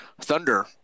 Thunder